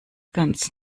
ganz